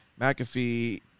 McAfee